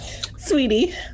Sweetie